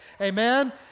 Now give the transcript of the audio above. amen